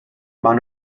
maen